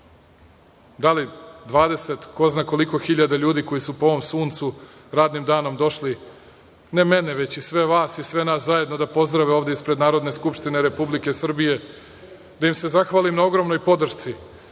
da li 20 ili ko zna koliko hiljada ljudi koji su po ovom suncu radnim danom došli ne mene, već i sve vas i sve nas zajedno da pozdrave ovde ispred Narodne skupštine Republike Srbije, da im se zahvalim na ogromnoj podršci,